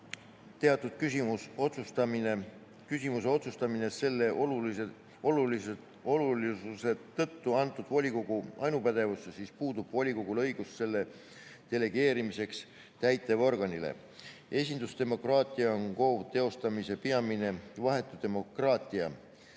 teatud küsimuse otsustamine selle olulisuse tõttu antud volikogu ainupädevusse, siis puudub volikogul õigus selle delegeerimiseks täitevorganile. Esindusdemokraatia on KOV‑i teostamise peamine, vahetu demokraatia